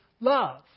love